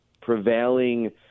prevailing